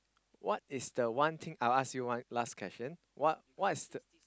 what is the one thing I'll ask you one last question what what is the